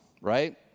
right